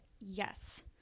Yes